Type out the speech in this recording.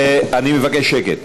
אני מבקש שקט.